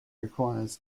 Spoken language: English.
requires